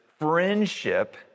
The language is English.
friendship